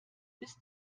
bis